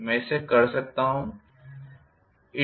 मैं कैसे कर सकता हूं